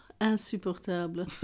insupportable